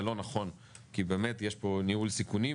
זה לא נכון כי באמת יש פה ניהול סיכונים,